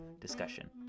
discussion